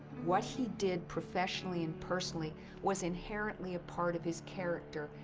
what he did professionally and personally was inherently part of his character,